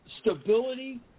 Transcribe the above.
stability